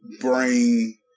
bring